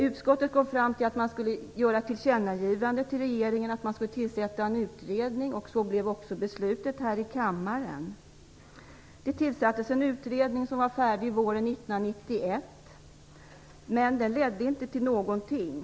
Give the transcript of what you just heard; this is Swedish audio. Utskottet kom fram till att man skulle göra ett tillkännagivande till regeringen att tillsätta en utredning. Så blev också beslutet här i kammaren. Det tillsattes en utredning som var färdig våren 1991. Men den ledde inte till någonting.